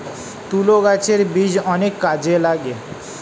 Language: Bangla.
তুলো গাছের বীজ অনেক কাজে লাগে